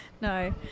No